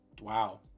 Wow